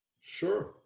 sure